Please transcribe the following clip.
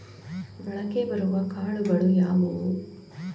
ಮೊಳಕೆ ಬರುವ ಕಾಳುಗಳು ಯಾವುವು?